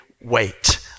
wait